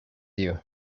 you